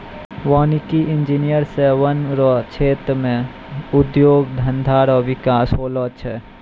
वानिकी इंजीनियर से वन रो क्षेत्र मे उद्योग धंधा रो बिकास होलो छै